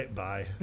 bye